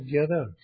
together